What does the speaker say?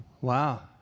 Wow